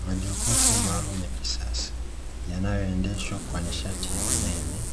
Majokofu maalumu ya kisasa yanayoendeshwa kwa nishati ya umeme.